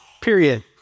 period